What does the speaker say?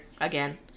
again